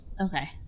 Okay